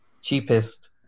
cheapest